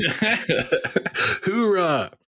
Hoorah